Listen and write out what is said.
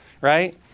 right